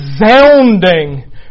resounding